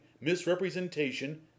misrepresentation